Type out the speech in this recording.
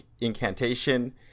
incantation